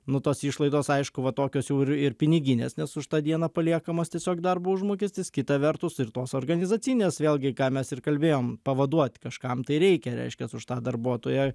nu tos išlaidos aišku va tokios jau ir ir piniginės nes už tą dieną paliekamas tiesiog darbo užmokestis kita vertus ir tos organizacinės vėlgi ką mes ir kalbėjom pavaduot kažkam tai reikia reiškias už tą darbuotoją